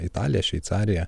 italija šveicarija